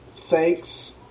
Thanks